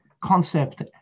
concept